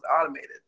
automated